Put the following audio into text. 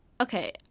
okay